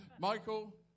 Michael